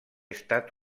estat